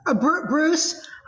Bruce